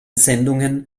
sendungen